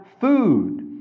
food